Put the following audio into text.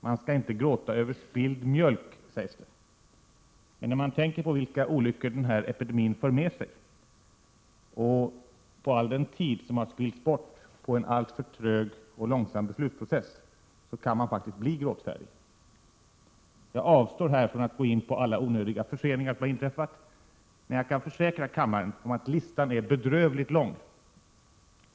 Man skall inte gråta över spilld mjölk, sägs det, men när man tänker på vilka olyckor som den här epidemin för med sig och på all den tid som har spillts bort på en alltför trög och långsam beslutsprocess kan man faktiskt bli gråtfärdig. Jag avstår här från att gå in på alla onödiga förseningar som har inträffat, men jag kan försäkra kammaren om att listan är bedrövligt lång.